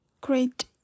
great